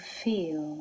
feel